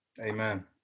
Amen